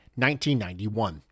1991